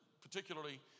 particularly